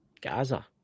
Gaza